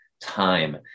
time